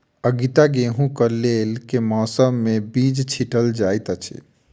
आगिता गेंहूँ कऽ लेल केँ मौसम मे बीज छिटल जाइत अछि?